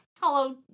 Hello